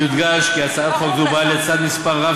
יודגש כי הצעת חוק זו באה לצד מספר רב